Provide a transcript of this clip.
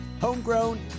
homegrown